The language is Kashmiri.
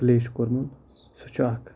پلے چھُ کوٚرمُت سُہ چھُ اَکھ